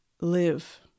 live